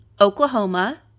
Oklahoma